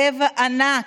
לב ענק,